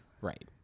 Right